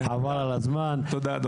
וכו', בעוד כמה שנים זה יעלה יותר.